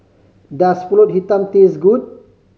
does Pulut Hitam taste good